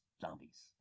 zombies